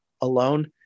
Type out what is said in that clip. alone